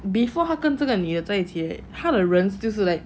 before 他跟这个女的在一起他的人就是 like